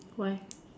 why